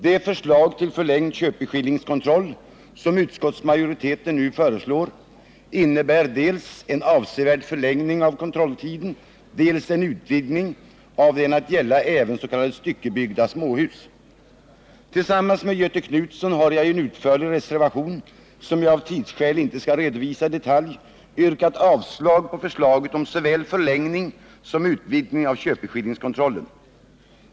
Det förslag till förlängd köpeskillingskontroll, som utskottsmajoriteten nu framlägger, innebär dels en avsevärd förlängning av kontrolltiden, dels en utvidgning att gälla även styckebyggda småhus. Tillsammans med Göthe Knutson har jag i en utförlig reservation, som jag av tidsskäl inte skall redovisa i detalj, yrkat avslag på förslaget om såväl förlängning som utvidgning av köpeskillingskontrollen.